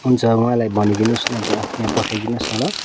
हुन्छ उहाँलाई भनिदिनुहोस् न त्यहाँ यहाँ पठाई दिनुहोस् न ल